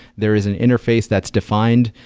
there is an interface that's defined.